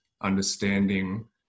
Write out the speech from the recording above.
understanding